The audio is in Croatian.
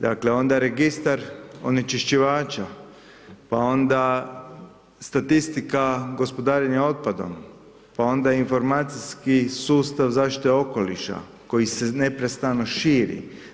Dakle, onda Registar onečišćivača pa onda statistika gospodarenja otpadom pa onda informacijski sustav zaštite okoliša koji se neprestano širi.